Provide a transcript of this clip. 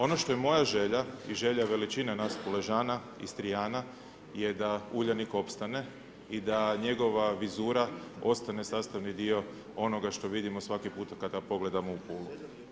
Ono što je moja želja i želja veličine nas Puležana, Istrijana je da Uljanik opstane i da njegova vizura ostane sastavni dio onoga što vidimo svaki puta kada pogledamo u Pulu.